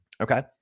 Okay